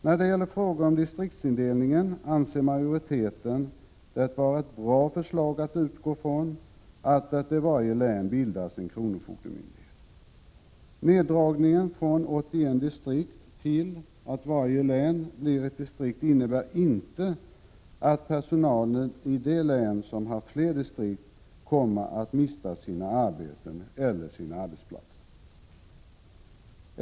När det gäller frågan om distriktsindelningen anser majoriteten det vara ett bra förslag att utgå från, att det i varje län bildas en kronofogdemyndighet. Neddragningen från 81 distrikt till ett distrikt i varje län innebär inte att personalen i de län som haft flera distrikt kommer att mista sina arbeten eller sina arbetsplatser.